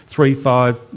three, five,